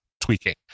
tweaking